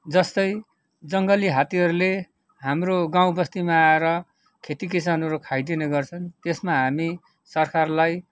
जस्तै जङ्गली हात्तीहरूले हाम्रो गाउँ बस्तीमा आएर खेती किसानहरू खाइदिने गर्छन् त्यसमा हामी सरकारलाई